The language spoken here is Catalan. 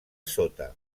sota